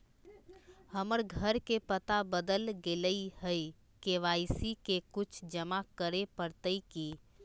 हमर घर के पता बदल गेलई हई, के.वाई.सी में कुछ जमा करे पड़तई की?